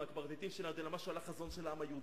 משהו ברקורד של מישהו שלא מזכיר